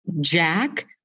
Jack